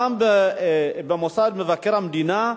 גם במוסד מבקר המדינה,